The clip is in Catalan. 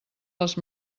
les